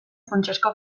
funtsezko